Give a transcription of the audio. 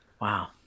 wow